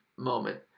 moment